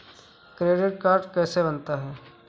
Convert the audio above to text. Credit card कैसे बनता है?